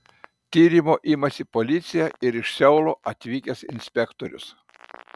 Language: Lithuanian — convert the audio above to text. tyrimo imasi policija ir iš seulo atvykęs inspektorius